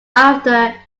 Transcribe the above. after